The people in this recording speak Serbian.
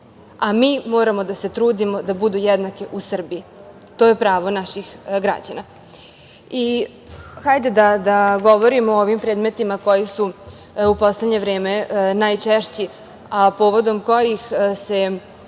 a mi moramo da se trudimo da budu jednake u Srbiji, to je pravo naših građana. Hajde da govorimo o ovim predmetima koji su u poslednje vreme najčešći, a povodom kojih se